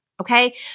okay